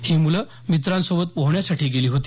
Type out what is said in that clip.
ही मुलं मित्रांसोबत पोहण्यासाठी गेली होती